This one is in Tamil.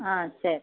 ஆ சரி